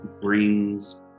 brings